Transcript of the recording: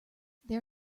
there